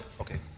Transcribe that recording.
Okay